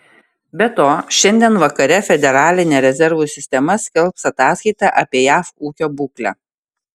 be to šiandien vakare federalinė rezervų sistema skelbs ataskaitą apie jav ūkio būklę